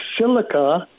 silica